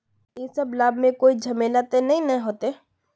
इ सब लाभ में कोई झमेला ते नय ने होते?